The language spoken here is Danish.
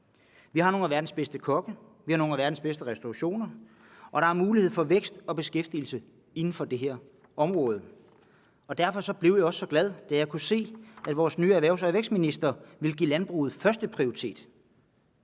Vi har nogle af verdens bedste kokke, vi har nogle af verdens bedste restaurationer, og der er mulighed for vækst og beskæftigelse inden for det her område. Derfor blev jeg også så glad, da jeg kunne se, at vores nye erhvervs- og vækstminister vil give landbruget førsteprioritet,